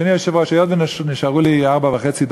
אדוני היושב-ראש, היות שנשארו לי ארבע דקות וחצי,